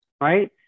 right